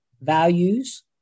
values